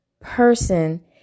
person